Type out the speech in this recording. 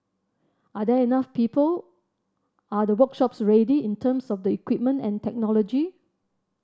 are there enough people are the workshops ready in terms of the equipment and technology